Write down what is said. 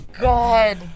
God